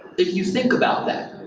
if you think about that,